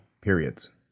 periods